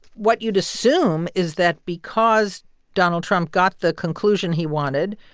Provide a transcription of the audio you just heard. what you'd assume is that because donald trump got the conclusion he wanted,